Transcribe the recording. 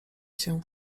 się